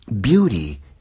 beauty